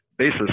basis